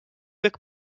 jak